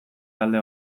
talde